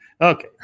Okay